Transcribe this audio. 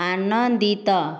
ଆନନ୍ଦିତ